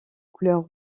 couleur